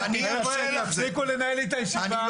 חבר'ה, תפסיקו לנהל לי את הישיבה.